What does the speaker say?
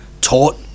taught